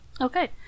Okay